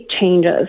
changes